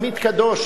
עמית קדוש,